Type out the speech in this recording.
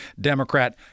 Democrat